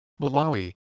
Malawi